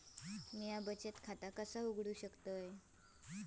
म्या बचत खाता कसा उघडू शकतय?